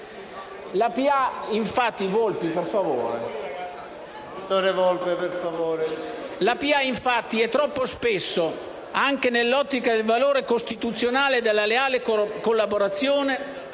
infatti, è troppo spesso, anche nell'ottica del valore costituzionale della leale collaborazione,